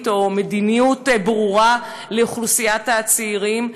או מדיניות ברורה לאוכלוסיית הצעירים,